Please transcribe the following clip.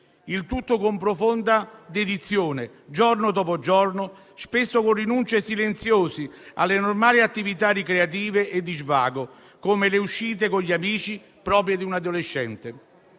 il tutto con profonda dedizione, giorno dopo giorno, spesso con rinunce silenziose alle normali attività ricreative e di svago, come le uscite con gli amici, proprie di un adolescente.